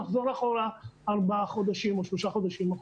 נחזור שלושה-ארבעה חודשים אחורה.